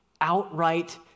outright